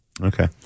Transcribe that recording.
Okay